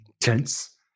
tense